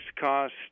cost